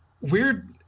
weird